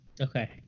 Okay